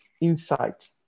insight